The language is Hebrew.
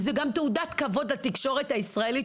וזו גם תעודת כבוד לתקשורת הישראלית,